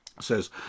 says